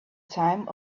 time